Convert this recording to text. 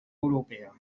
europea